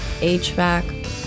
HVAC